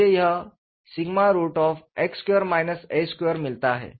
मुझे यह मिलता है